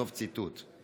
סוף ציטוט.